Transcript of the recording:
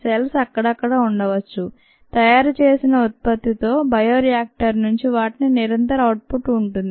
cells అక్కడక్కడా ఉండవచ్చు తయారు చేసిన ఉత్పత్తితో బయో రియాక్టర్ నుండి వాటికి నిరంతర అవుట్పుట్ ఉంటుంది